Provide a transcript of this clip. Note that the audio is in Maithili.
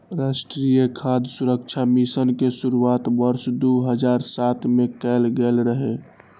राष्ट्रीय खाद्य सुरक्षा मिशन के शुरुआत वर्ष दू हजार सात मे कैल गेल रहै